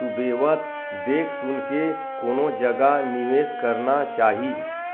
सुबेवत देख सुनके कोनो जगा निवेस करना चाही